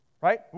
right